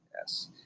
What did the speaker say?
Yes